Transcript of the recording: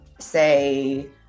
Say